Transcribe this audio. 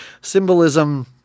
symbolism